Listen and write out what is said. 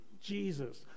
Jesus